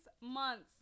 months